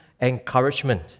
encouragement